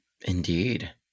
Indeed